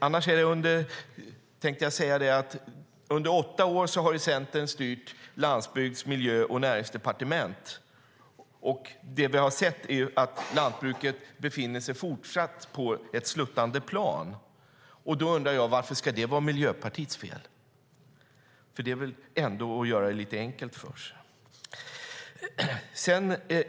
Annars tänkte jag säga att Centern har styrt landsbygds-, miljö och näringsdepartement under åtta år, och det vi har sett är att lantbruket fortsatt befinner sig på ett sluttande plan. Då undrar jag: Varför ska det vara Miljöpartiets fel? Det är väl ändå att göra det lite enkelt för sig.